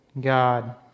God